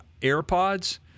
AirPods